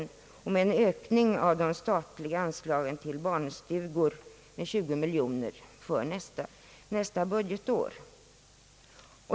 Vi räknar även med en ökning av det statliga anslaget till barnstugor med 20 miljoner kronor för nästa budgetår.